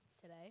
Today